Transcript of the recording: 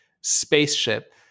spaceship